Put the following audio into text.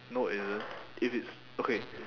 no it isn't if it's okay